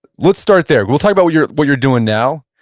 let's start there. we'll talk about what you're what you're doing now,